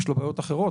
יש לו בעיות אחרות.